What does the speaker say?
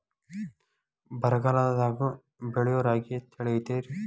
ಬರಗಾಲದಾಗೂ ಬೆಳಿಯೋ ರಾಗಿ ತಳಿ ಐತ್ರಿ?